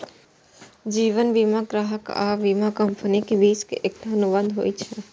जीवन बीमा ग्राहक आ बीमा कंपनीक बीच एकटा अनुबंध होइ छै